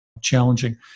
challenging